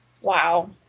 Wow